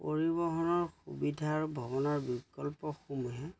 পৰিবহণৰ সুবিধা আৰু ভ্ৰমণৰ বিকল্পসমূহে